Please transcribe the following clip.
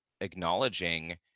acknowledging